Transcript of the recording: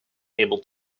able